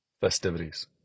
festivities